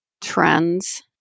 trends